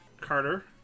Carter